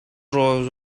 rawl